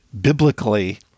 biblically